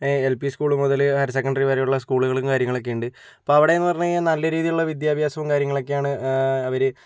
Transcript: L P school മുതൽ higher secondary വരെയുള്ള സ്കൂളുകളും കാര്യങ്ങളൊക്കെയുണ്ട് അപ്പോൾ അവിടെയെന്ന് പറഞ്ഞ് കഴിഞ്ഞാൽ നല്ല രീതിയിലുള്ള വിദ്യാഭ്യാസവും കാര്യങ്ങളൊക്കെ ആണ് അവര്